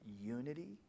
unity